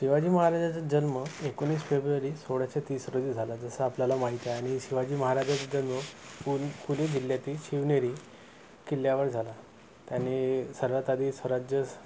शिवाजी महाराजाचं जन्म एकोणीस फेब्रुवारी सोळाशे तीस रोजी झाला जसं आपल्याला माहीत आहे आणि शिवाजी महाराजाचं जन्म पुन पुणे जिल्ह्यातील शिवनेरी किल्ल्यावर झाला त्यानी सर्वात आधी स्वराज्य